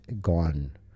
gone